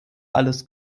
alles